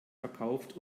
verkauft